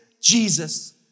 Jesus